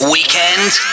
Weekend